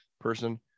person